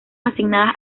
asignadas